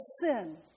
sin